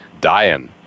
dying